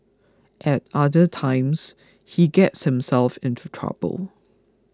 at other times he gets himself into trouble